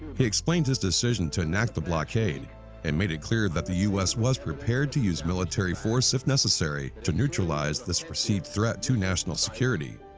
he explained his decision to enact the blockade and made it clear that the us was prepared to use military force if necessary to neutralise this perceived threat to national security.